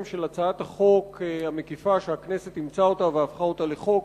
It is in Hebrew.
של הצעת החוק המקיפה שהכנסת אימצה והפכה לחוק,